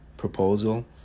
proposal